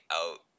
out